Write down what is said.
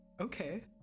Okay